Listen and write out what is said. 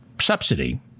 subsidy